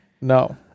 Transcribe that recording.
No